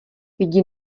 jdi